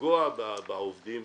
לפגוע בעובדים,